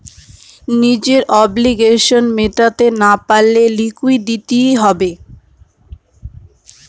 নিজের অব্লিগেশনস মেটাতে না পারলে লিকুইডিটি হবে